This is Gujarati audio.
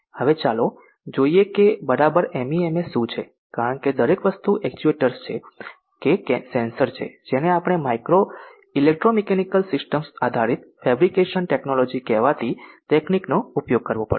હવે ચાલો જોઈએ કે બરાબર MEMS શું છે કારણ કે દરેક વસ્તુ એક્ચ્યુએટર્સ છે કે સેન્સર છે જેને આપણે માઇક્રો ઇલેક્ટ્રોમિકેનિકલ સિસ્ટમ્સ આધારિત ફેબ્રિકેશન ટેક્નોલોજી કહેવાતી તકનીકનો ઉપયોગ કરવો પડશે